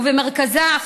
ובמרכזם,